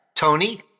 Tony